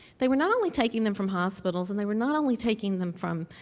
they were not only taking them from hospitals and they were not only taking them from